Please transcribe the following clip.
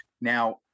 now